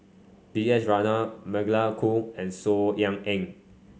B S Rajhans Magdalene Khoo and Saw Ean Ang